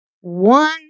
One